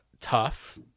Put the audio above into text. tough